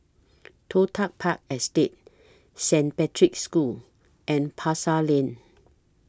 Toh Tuck Park Estate Saint Patrick's School and Pasar Lane